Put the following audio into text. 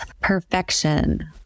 perfection